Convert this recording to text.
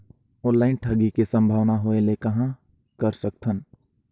Online ठगी के संभावना होय ले कहां कर सकथन?